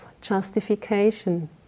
justification